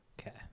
Okay